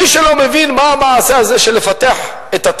מי שלא מבין מה המעשה הזה של פיתוח התשתיות,